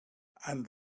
and